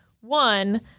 One